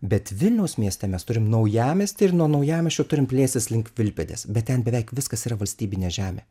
bet vilniaus mieste mes turim naujamiestį ir nuo naujamiesčio turime plėstis link vilkpėdės bet ten beveik viskas yra valstybinė žemė